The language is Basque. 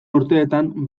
urtetan